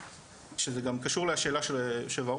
שזה גם קשור לשאלה של יושב הראש,